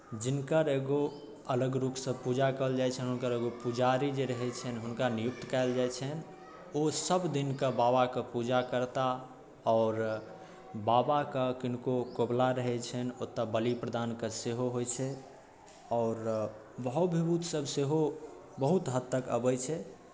जिनकर एगो अलग रूपसँ पूजा कयल जाइ छनि हुनकर एगो पुजारी जे रहै छनि हुनका नियुक्त कयल जाइ छनि ओ सभ दिनक बाबाके पूजा करता आओर बाबाके किनको कबुला रहै छनि ओतय बलिप्रदानके सेहो होइ छै आओर भाव विभूतसभ सेहो बहुत हद तक अबै छै